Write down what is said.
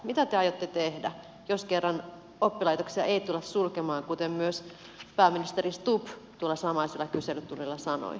mitä te aiotte tehdä jos kerran oppilaitoksia ei tulla sulkemaan kuten myös pääministeri stubb tuolla samaisella kyselytunnilla sanoi